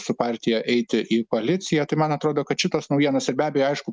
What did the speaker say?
su partija eiti į koaliciją tai man atrodo kad šitos naujienos ir be abejo aišku